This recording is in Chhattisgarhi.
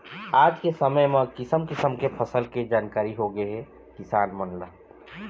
आज के समे म किसम किसम के फसल के जानकारी होगे हे किसान मन ल